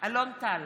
אלון טל,